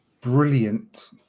brilliant